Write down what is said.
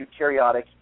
eukaryotic